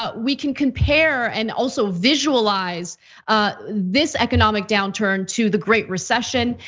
ah we can compare and also visualize this economic downturn to the great recession.